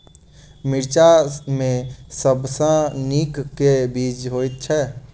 मिर्चा मे सबसँ नीक केँ बीज होइत छै?